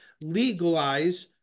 legalize